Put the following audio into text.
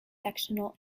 sectional